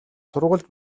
сургуульд